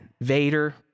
Vader